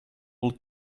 will